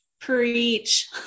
Preach